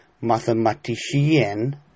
Mathematician